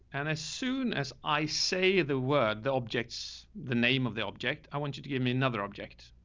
and as soon as i say the word, the objects, the name of the object, i want you to give me another object.